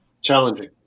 challenging